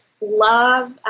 Love